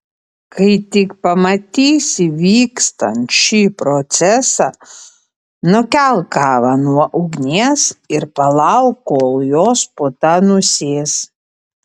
kai tik pamatysi vykstant šį procesą nukelk kavą nuo ugnies ir palauk kol jos puta nusės